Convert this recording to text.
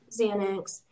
Xanax